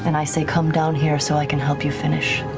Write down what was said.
and i say come down here so i can help you finish.